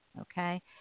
Okay